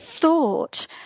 thought